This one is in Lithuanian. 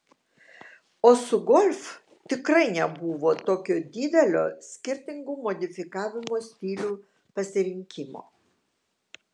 o su golf tikrai nebuvo tokio didelio skirtingų modifikavimo stilių pasirinkimo